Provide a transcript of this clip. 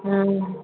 हाँ